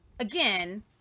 Again